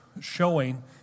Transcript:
showing